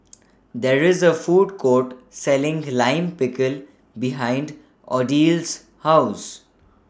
There IS A Food Court Selling Lime Pickle behind Odile's House